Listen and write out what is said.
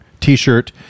t-shirt